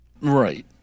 Right